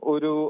Uru